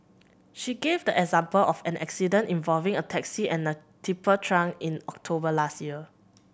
she gave the example of an accident involving a taxi and a tipper truck in October last year